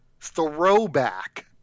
throwback